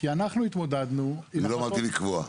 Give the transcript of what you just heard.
כי אנחנו התמודדנו- -- לא אמרתי לקבוע,